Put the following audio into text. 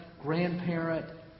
grandparent